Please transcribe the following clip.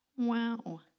Wow